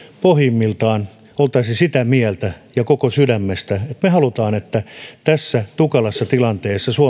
pohjimmiltamme olisi sitä mieltä ja koko sydämestämme haluaisimme että tässä tukalassa tilanteessa suomalaista